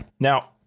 Now